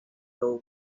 doe